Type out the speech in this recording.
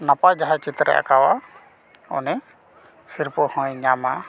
ᱱᱟᱯᱟᱭ ᱡᱟᱦᱟᱸ ᱪᱤᱛᱟᱹᱨᱮ ᱟᱸᱠᱟᱣᱟ ᱩᱱᱤ ᱥᱤᱨᱯᱟᱹ ᱦᱚᱸᱭ ᱧᱟᱢᱟ